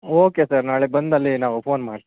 okay sir ನಾಳೆ ಬಂದು ಅಲ್ಲಿ ನಾವು ಫೋನ್ ಮಾಡು